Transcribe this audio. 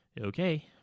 okay